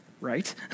right